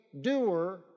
doer